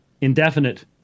indefinite